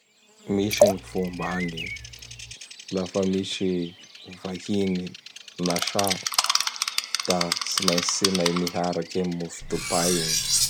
Misy gny fomba a gny lafa misy vahiny nasà da tsy maintsy tsenay miharaky am mofo dopay igny.